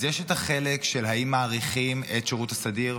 יש את החלק של האם מאריכים את השירות הסדיר,